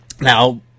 now